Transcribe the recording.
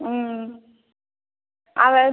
ம் அவள்